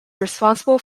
responsible